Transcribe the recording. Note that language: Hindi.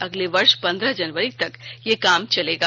अगले वर्ष पंद्रह जनवरी तक यह काम चलेगा